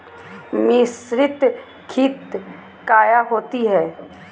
मिसरीत खित काया होती है?